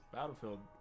Battlefield